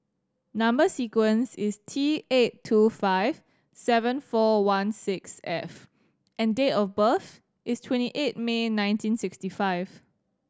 number sequence is T eight two five seven four one six F and date of birth is twenty eight May nineteen sixty five